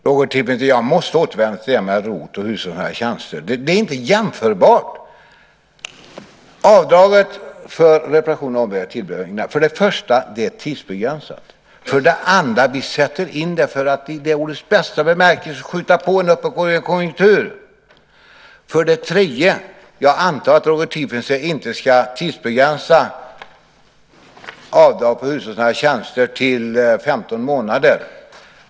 Herr talman! Roger Tiefensee, jag måste återvända till det där med ROT och hushållsnära tjänster. Det är inte jämförbart. Avdraget för reparation, ombyggnad och tillbyggnad är för det första tidsbegränsat. För det andra sätter vi in det för att i ordets bästa bemärkelse skjuta på en uppåtgående konjunktur. För det tredje antar jag att Roger Tiefensee inte ska tidsbegränsa avdraget på hushållsnära tjänster till 15 månader.